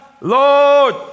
Lord